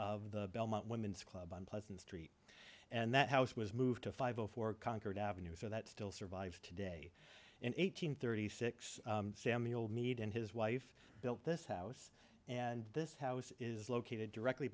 of the belmont women's club on pleasant street and that house was moved to five zero four concord avenue so that still survives today in eight hundred thirty six samuel mead and his wife built this house and this house is located directly